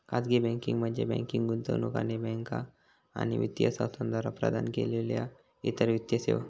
खाजगी बँकिंग म्हणजे बँकिंग, गुंतवणूक आणि बँका आणि वित्तीय संस्थांद्वारा प्रदान केलेल्यो इतर वित्तीय सेवा